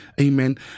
amen